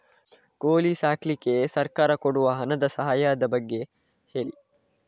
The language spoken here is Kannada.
ಕೋಳಿ ಸಾಕ್ಲಿಕ್ಕೆ ಸರ್ಕಾರ ಕೊಡುವ ಹಣದ ಸಹಾಯದ ಬಗ್ಗೆ ಹೇಳಿ